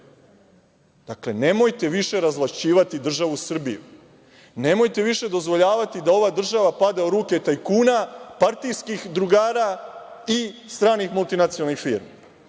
nemojte više razvlašćivati državu Srbiju, nemojte više dozvoljavati da ova država pada u ruke tajkuna, partijskih drugara i stranih multinacionalnih firmi.